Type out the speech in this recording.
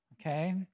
okay